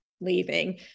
leaving